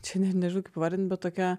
čia net nežinau kaip įvardint bet tokia